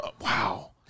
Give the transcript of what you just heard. Wow